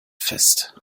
fest